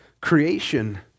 Creation